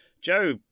Joe